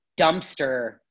dumpster